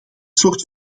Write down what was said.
soort